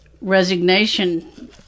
resignation